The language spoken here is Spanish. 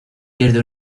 pierde